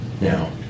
Now